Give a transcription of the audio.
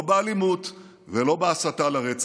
לא באלימות ולא בהסתה לרצח.